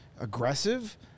aggressive